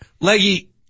Leggy